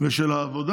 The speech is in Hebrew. ושל העבודה?